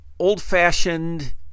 old-fashioned